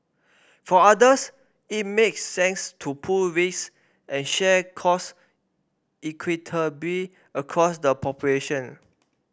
for others it makes sense to pool risk and share costs equitably across the population